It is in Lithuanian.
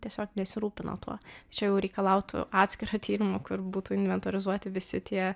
tiesiog nesirūpino tuo čia jau reikalautų atskiro tyrimo kur būtų inventorizuoti visi tie